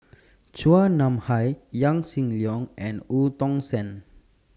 Chua Nam Hai Yaw Shin Leong and EU Tong Sen